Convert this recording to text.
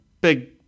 big